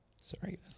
Sorry